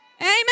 Amen